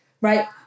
right